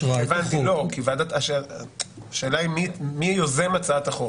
לא, השאלה היא מי יוזם הצעת החוק.